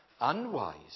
unwise